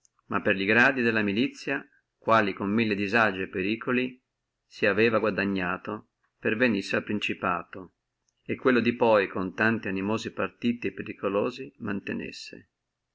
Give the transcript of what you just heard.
ma per li gradi della milizia li quali con mille disagi e periculi si aveva guadagnati pervenissi al principato e quello di poi con tanti partiti animosi e periculosi mantenessi